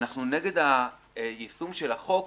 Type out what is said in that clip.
אנחנו נגד יישום החוק